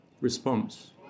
response